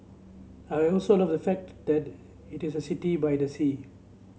I also love the fact that it is a city by the sea